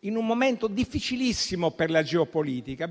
in un momento difficilissimo per la geopolitica,